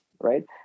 right